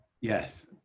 Yes